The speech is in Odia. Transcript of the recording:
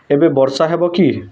ଏବେ ବର୍ଷା ହେବ କି